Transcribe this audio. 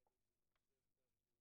ד' בכסלו תשע"ט,